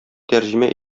тәрҗемә